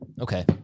Okay